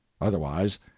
Otherwise